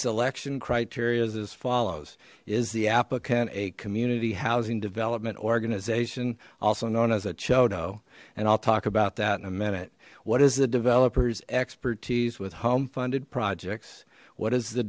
selection criteria is as follows is the applicant a community housing development organization also known as a chotto and i'll talk about that in a minute what is the developers expertise with home funded projects what is the